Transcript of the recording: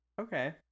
Okay